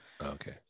Okay